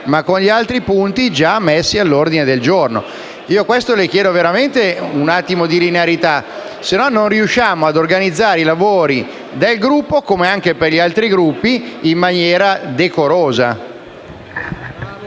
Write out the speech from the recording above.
ma con gli altri punti già iscritti all'ordine del giorno. Su questo le chiedo veramente un minimo di linearità, altrimenti non riusciamo a organizzare i lavori del Gruppo, come succede anche agli altri Gruppi, in maniera decorosa.